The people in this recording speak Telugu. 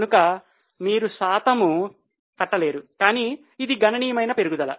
కనుక మీరు శాతం లెక్క కట్ట లేరు కానీ ఇది గణనీయమైన పెరుగుదల